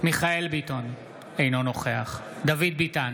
מיכאל מרדכי ביטון, אינו נוכח דוד ביטן,